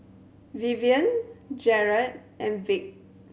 Vivienne Jarret and Vic